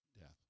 death